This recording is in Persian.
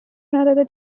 نداده